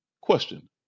Question